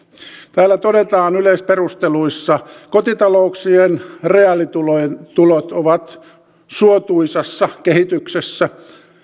täällä todetaan yleisperusteluissa kotitalouksien reaalitulot ovat suotuisassa kehityksessä